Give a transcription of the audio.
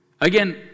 Again